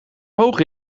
hoog